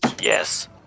Yes